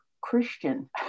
Christian